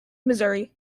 missouri